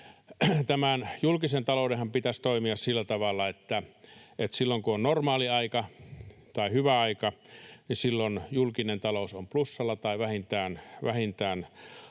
Julkisen taloudenhan pitäisi toimia sillä tavalla, että silloin, kun on normaali aika tai hyvä aika, julkinen talous on plussalla tai vähintään nollassa